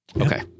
okay